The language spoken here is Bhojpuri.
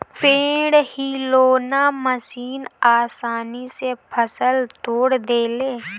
पेड़ हिलौना मशीन आसानी से फल तोड़ देले